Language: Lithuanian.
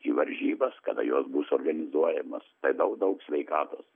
į varžybas kada jos bus organizuojamos tai daug sveikatos